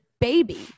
baby